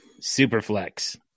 Superflex